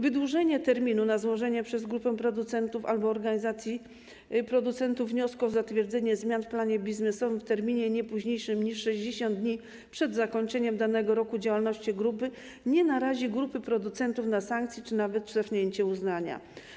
Wydłużenie terminu na złożenie przez grupę producentów - albo organizację producentów - wniosku o zatwierdzenie zmian w planie biznesowym w terminie nie późniejszym niż 60 dni przed zakończeniem danego roku działalności grupy nie narazi grupy producentów na sankcje czy na cofnięcie uznania.